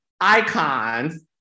icons